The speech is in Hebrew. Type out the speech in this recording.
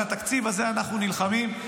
על התקציב הזה אנחנו נלחמים.